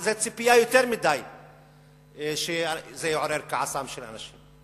זו ציפייה גדולה מדי שזה יעורר כעסם של אנשים.